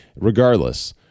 regardless